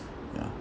ya